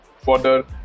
Further